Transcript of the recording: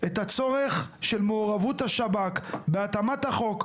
את הצורך של מעורבות השב״כ בהתאמת החוק,